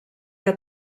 que